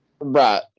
Right